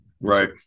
Right